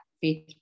faith